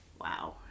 Wow